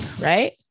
right